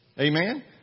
Amen